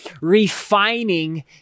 refining